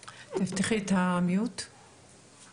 קהילת הצעירים החולים והמחלימים בסרטן הגדולה